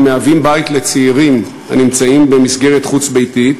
המהווים בית לצעירים הנמצאים במסגרת חוץ-ביתית,